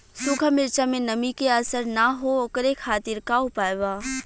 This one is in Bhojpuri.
सूखा मिर्चा में नमी के असर न हो ओकरे खातीर का उपाय बा?